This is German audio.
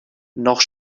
noch